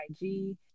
ig